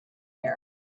here